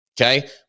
okay